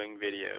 video